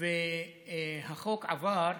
והחוק עבר.